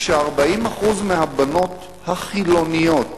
כש-40% מהבנות החילוניות